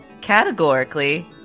categorically